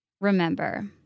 remember